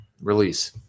release